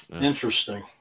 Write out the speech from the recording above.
Interesting